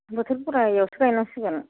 बोथोर गदाइआवसो गायनांसिगोन